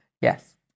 Yes